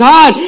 God